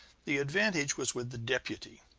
the advantage was with the deputy.